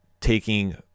taking